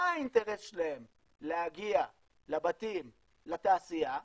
מה האינטרס שלהם להגיע לבתים ולתעשייה?